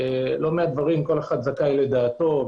לא מהדברים כל אחד זכאי לדעתו,